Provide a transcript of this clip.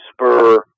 spur